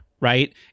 right